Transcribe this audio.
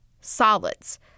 Solids